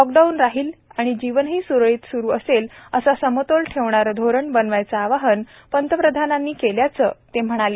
लॉकडाऊनही राहील आणि जीवनही सुरळीत सुरु असेल असा समतोल ठेवणारे धोरण बनविण्याचे आवाहन प्रधानमंत्र्यांनी केल्याचे ते म्हणाले